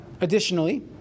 Additionally